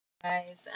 guys